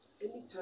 anytime